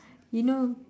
you know